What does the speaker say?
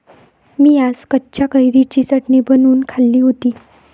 मी आज कच्च्या कैरीची चटणी बनवून खाल्ली होती